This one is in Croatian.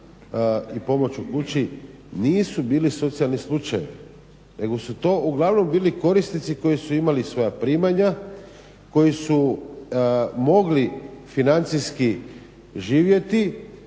i pomoć u kući nisu bili socijalni slučajevi nego su to uglavnom bili korisnici koji su imali svoja primanja, koji su mogli financijski živjeti